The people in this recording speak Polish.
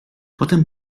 potem